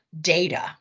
data